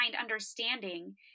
understanding